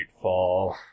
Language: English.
fall